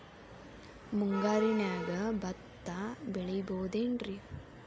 ಮುಂಗಾರಿನ್ಯಾಗ ಭತ್ತ ಬೆಳಿಬೊದೇನ್ರೇ?